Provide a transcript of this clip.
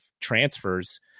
transfers